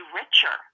richer